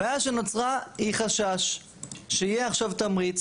הבעיה שנוצרה היא חשש שיהיה עכשיו תמריץ